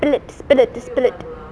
spill it spill it spill it